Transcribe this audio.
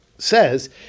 says